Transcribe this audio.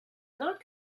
not